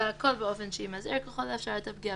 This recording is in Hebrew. והכול באופן שימזער ככל האפשר את הפגיעה